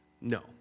No